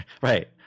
Right